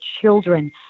children